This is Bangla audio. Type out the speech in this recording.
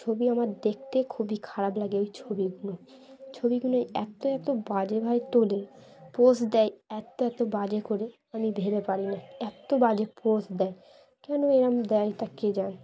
ছবি আমার দেখতে খুবই খারাপ লাগে ওই ছবিগুলো ছবিগুলো এত এত বাজে ভাই তোলে পোস্ট দেয় এত এতো বাজে করে আমি ভেবে পারি না এত বাজে পোস্ট দেয় কেন এরম দেয় তা কে যান